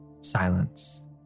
Silence